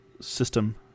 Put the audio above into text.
system